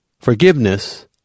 Forgiveness